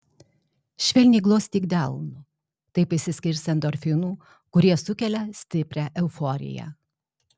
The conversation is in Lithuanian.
švelniai glostyk delnu taip išsiskirs endorfinų kurie sukelia stiprią euforiją